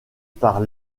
par